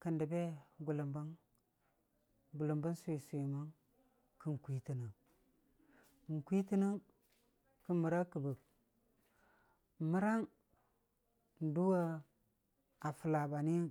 kan dabbe gʊllambang, gullam ban swi swiyamang, kan kwiitanang, kan mara kɨbbɨng n'marang n'dʊwa falla baniyang.